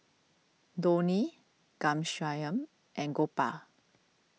Dhoni Ghanshyam and Gopal